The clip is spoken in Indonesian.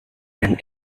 dan